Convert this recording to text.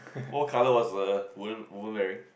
what color was the wom~ woman wearing